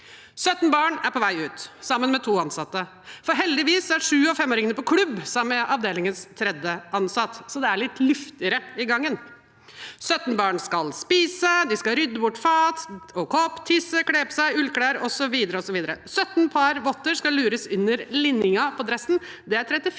17 barn er på vei ut sammen med to ansatte. Heldigvis er sju av femåringene på klubb sammen med avdelingens tredje ansatt, så det er litt luftigere i gangen. 17 barn skal spise, de skal rydde bort fat og kopp, tisse, kle på seg ullklær osv. 17 par votter skal lures under linningen på dressen, det er 34